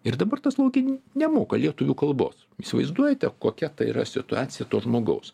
ir dabar tas mokini nemoka lietuvių kalbos įsivaizduojate kokia tai yra situacija to žmogaus